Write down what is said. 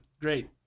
great